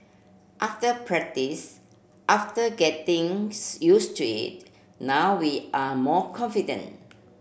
after practice after getting use to it now we are more confident